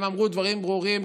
הם אמרו דברים ברורים,